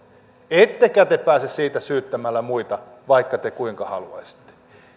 ettekä te pääse siitä syyttämällä muita vaikka te kuinka haluaisitte